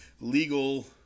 legal